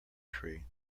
tree